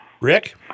Rick